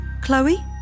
Chloe